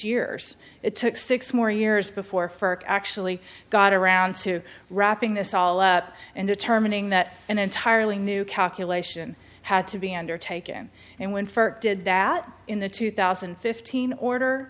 years it took six more years before for actually got around to wrapping this all up and determining that an entirely new calculation had to be undertaken and when first did that in the two thousand and fifteen